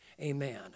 Amen